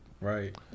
Right